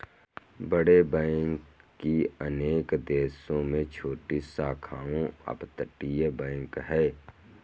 बड़े बैंक की अनेक देशों में छोटी शाखाओं अपतटीय बैंक है